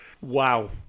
Wow